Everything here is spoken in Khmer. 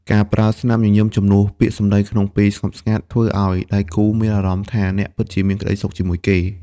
ការប្រើស្នាមញញឹមជំនួសពាក្យសម្ដីក្នុងពេលស្ងប់ស្ងាត់ ធ្វើឱ្យដៃគូមានអារម្មណ៍ថាអ្នកពិតជាមានក្ដីសុខជាមួយគេ។